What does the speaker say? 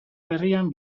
berrian